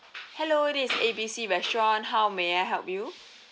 hello this is A B C restaurant how may I help you